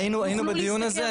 היינו בדיון הזה,